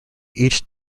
each